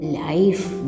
life